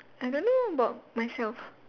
I don't know about myself